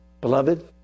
Beloved